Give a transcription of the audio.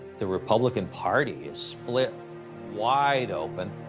the republican party is split wide open.